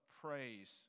praise